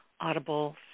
Audible